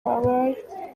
babaye